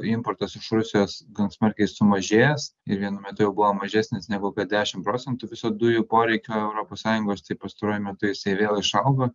importas iš rusijos gan smarkiai sumažėjęs ir vienu metu jau buvo mažesnis negu kad dešimt procentų viso dujų poreikio europos sąjungos tai pastaruoju metu jisai vėl išaugo